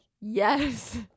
yes